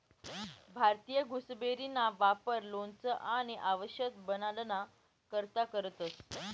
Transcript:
भारतीय गुसबेरीना वापर लोणचं आणि आवषद बनाडाना करता करतंस